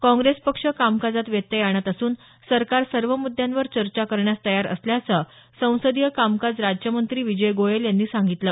काँग्रेस पक्ष कामकाजात व्यत्यय आणत असून सरकार सर्व मुद्यांवर चर्चा करण्यास तयार असल्याचं संसदीय कामकाज राज्यमंत्री विजय गोयल यांनी सांगितलं